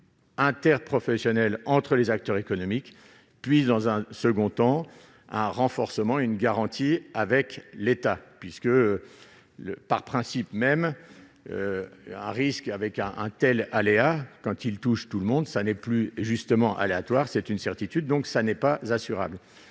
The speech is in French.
interprofessionnelle entre les acteurs économiques, puis dans un second temps à renforcement et une garantie avec l'État puisque le par principe même à avec un un tels aléas quand il touche tout le monde, ça n'est plus justement aléatoire, c'est une certitude, donc ça n'est pas assurable,